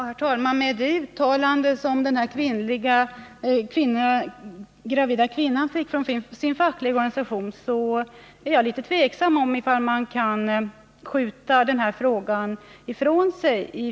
Herr talman! Jag nämnde ju vilket svar en gravid kvinna fick från sin fackliga organisation, och det gör att jag är emot att riksdagen skjuter den här frågan ifrån sig.